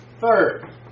Third